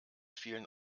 vielen